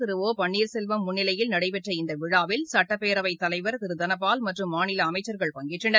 திரு ஒபன்னீர்செல்வம் முன்னிலையில் நடைபெற்ற இந்தவிழாவில் சட்டப்பேரவைத்தலைவர் திருதனபால் மற்றும் மாநிலஅமைச்சர்கள் பங்கேற்றனர்